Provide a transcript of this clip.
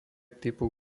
typu